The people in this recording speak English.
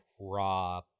raw